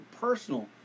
personal